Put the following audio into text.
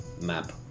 Map